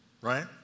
right